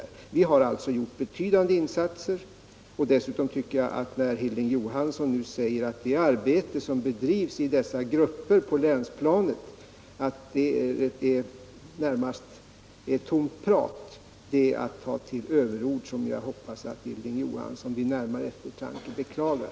Regeringen har alltså gjort betydande insatser, och jag tycker att Hilding Johanssons uttalande om att det arbete som bedrivs i de här grupperna på länsplanet närmast är tomt prat är att ta till överord som jag hoppas att Hilding Johansson vid närmare eftertanke beklagar.